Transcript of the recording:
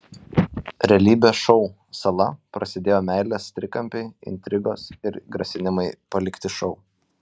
realybės šou sala prasidėjo meilės trikampiai intrigos ir grasinimai palikti šou